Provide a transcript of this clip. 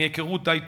מהיכרות די טובה.